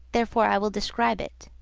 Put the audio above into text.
therefore i will describe it.